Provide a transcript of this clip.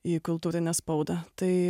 į kultūrinę spaudą tai